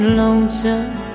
lonesome